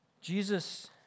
Jesus